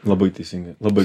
labai teisingai labai